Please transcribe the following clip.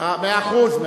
מאה אחוז,